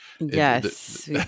Yes